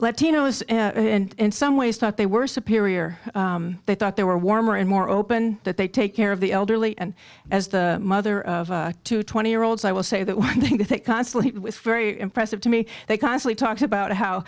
latinos in some ways thought they were superior they thought they were warmer and more open that they take care of the elderly and as the mother of two twenty year olds i will say that one thing that they constantly very impressive to me they constantly talk about how